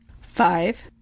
Five